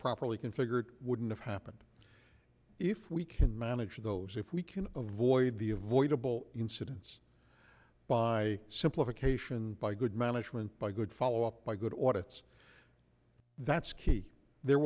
properly configured wouldn't have happened if we can manage those if we can avoid the avoidable incidents by simplification by good management by good follow up by good or it's that's key there